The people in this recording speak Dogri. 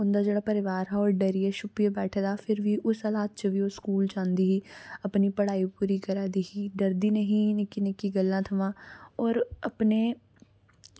उंदा जेह्ड़ा परिवार हा ओह् डरियै छुप्पियै बैठे दा हा ते फिर बी ओह् इस हलात च स्कूल जांदी ही अपनी पढ़ाई पूरी करा दी ही डरदी निं ही निक्की निक्की गल्ला थमां होर अपने